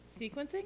Sequencing